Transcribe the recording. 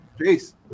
Peace